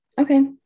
Okay